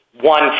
one